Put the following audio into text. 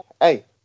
hey